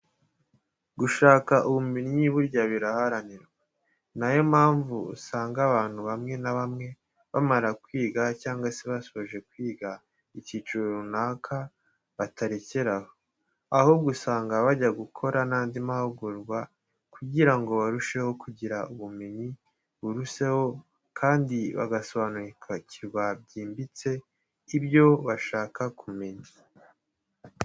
Gushaka ubumenyi burya biraharanirwa, ni na yo mpamvu usanga abantu bamwe na bamwe bamara kwiga cyangwa se basoje kwiga icyiciro runaka batarekera aho, ahubwo usanga bajya gukora n'andi mahugurwa kugira ngo barusheho kugira ubumenyi buruseho kandi bagasobanukirwa byimbitse ibyo bashaga kumenya.